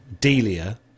Delia